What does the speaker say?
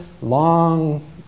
long